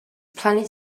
planet